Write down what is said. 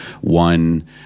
one